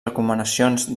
recomanacions